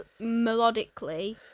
melodically